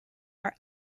are